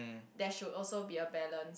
there should also be a balance